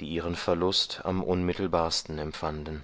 die ihren verlust am unmittelbarsten empfanden